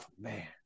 man